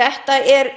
Þetta er